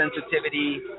sensitivity